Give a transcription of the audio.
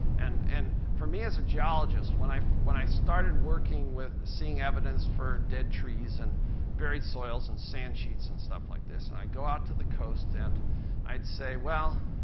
and and for me, as a geologist, when i when i started working with seeing evidence for dead trees and buried soils and sand sheets and stuff like this, and i'd go out to the coast, and i'd say, well,